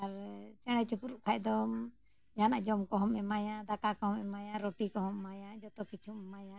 ᱟᱨ ᱪᱮᱬᱮᱼᱪᱤᱯᱨᱩᱫ ᱠᱷᱟᱡ ᱫᱚᱢ ᱡᱟᱦᱟᱱᱟᱜ ᱡᱚᱢ ᱠᱚᱦᱚᱢ ᱮᱢᱟᱭᱟ ᱫᱟᱠᱟ ᱠᱚᱦᱚᱢ ᱮᱢᱟᱭᱟ ᱨᱩᱴᱤ ᱠᱚᱦᱚᱸ ᱮᱢᱟᱭᱟ ᱡᱚᱛᱚ ᱠᱤᱪᱷᱩ ᱮᱢᱟᱭᱟ